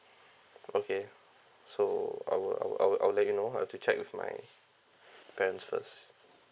okay so I'll I'll I'll let you know I have to check with my parents first